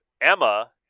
Emma